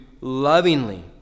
lovingly